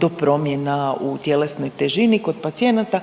do promjena u tjelesnoj težini pacijenata